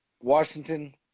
Washington